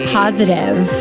positive